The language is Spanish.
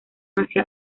hacia